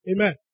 Amen